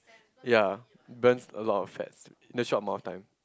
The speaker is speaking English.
ya burns a lot of fats in a short amount of time